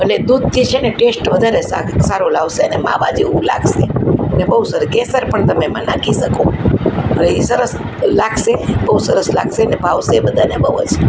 અટલે દૂધથી છે ને ટેસ્ટ વધારે સારું સારો લાવશે ને માવા જેવું લાગશે ને બહુ સર કેસર પણ તમે એમાં નાખી શકો એટલે એ સરસ લાગશે બહુ સરસ લાગશે ને ભાવશે બધાને બહુ જ